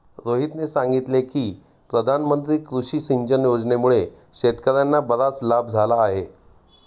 रोहितने सांगितले की प्रधानमंत्री कृषी सिंचन योजनेमुळे शेतकर्यांना बराच लाभ झाला आहे